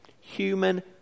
human